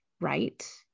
right